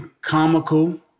comical